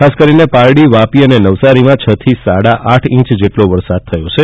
ખાસ કરીને પારડીવાપી અને નવસારીમાં છ થી સાડા આઠ ઇંચ જેટલો વરસાદ થયો છે